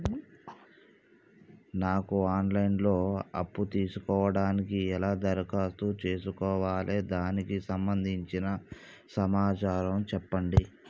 నాకు online లో అప్పు తీసుకోవడానికి ఎలా దరఖాస్తు చేసుకోవాలి దానికి సంబంధించిన సమాచారం చెప్పండి?